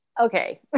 okay